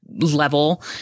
level